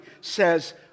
says